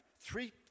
Three